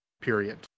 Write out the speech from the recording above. Period